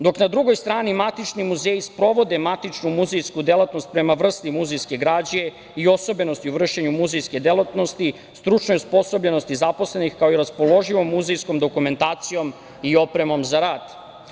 Dok na drugoj strani matični muzeji sprovode matičnu muzejsku delatnost prema vrsti muzejske građe i osobenosti vršenju muzejske delatnosti, stručnoj osposobljenosti zaposlenih, kao i raspoloživom muzejskom dokumentacijom i opremom za rad.